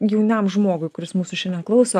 jaunam žmogui kuris mūsų šiandien klauso